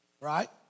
right